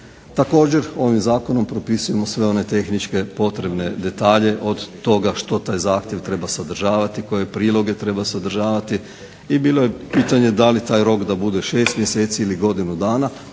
Također, ovim zakonom propisujemo sve one tehničke potrebne detalje od toga što taj zahtjev treba sadržavati, koje priloge treba sadržavati i bilo je pitanje da li taj rok da bude šest mjeseci ili godinu dana,